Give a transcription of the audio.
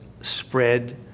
spread